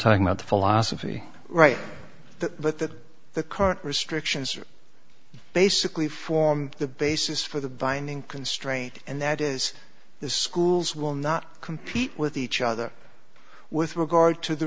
talking about the philosophy right that the current restrictions are basically formed the basis for the binding constraint and that is the schools will not compete with each other with regard to the